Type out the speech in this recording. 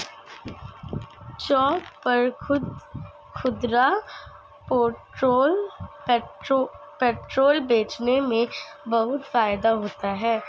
चौक पर खुदरा पेट्रोल बेचने में बहुत फायदा होता है